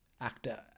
actor